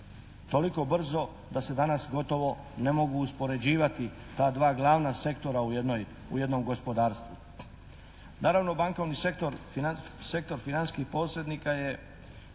toliko brzo da se danas gotovo ne mogu uspoređivati ta dva glavna sektora u jednom gospodarstvu.